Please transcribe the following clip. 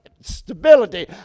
stability